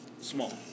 small